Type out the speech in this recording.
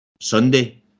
Sunday